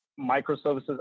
microservices